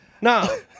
No